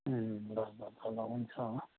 ल ल ल हुन्छ